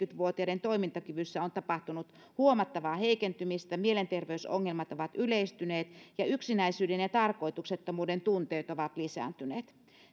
seitsemänkymmentä vuotiaiden toimintakyvyssä on tapahtunut huomattavaa heikentymistä mielenterveysongelmat ovat yleistyneet ja yksinäisyyden ja tarkoituksettomuuden tunteet ovat lisääntyneet